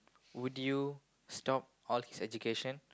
would you stop all his education